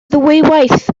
ddwywaith